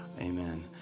Amen